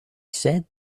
said